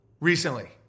recently